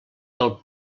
del